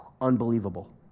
Unbelievable